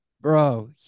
Bro